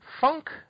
Funk